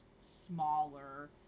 smaller